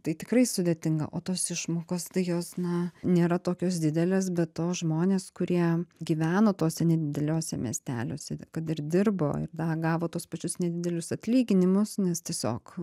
tai tikrai sudėtinga o tos išmokos tai jos na nėra tokios didelės be to žmonės kurie gyveno tuose nedideliuose miesteliuose kad ir dirbo ir dar gavo tuos pačius nedidelius atlyginimus nes tiesiog